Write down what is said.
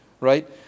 Right